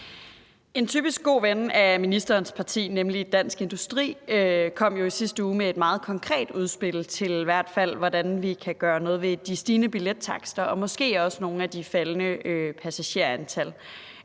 En typisk god ven af ministerens parti, nemlig Dansk Industri, kom jo i sidste uge med et meget konkret udspil til, hvordan vi i hvert fald kan gøre noget ved de stigende billettakster og måske også nogle af de faldende passagertal.